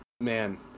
man